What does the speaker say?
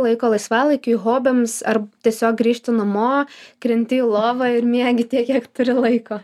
laiko laisvalaikiui hobiams ar tiesiog grįžti namo krenti į lovą ir miegi tiek kiek turi laiko